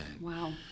Wow